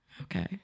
okay